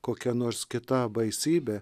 kokia nors kita baisybe